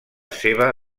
seva